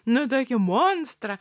nu tokį monstrą